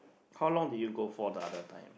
how long did you go for the other time